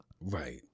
Right